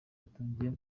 yatangiye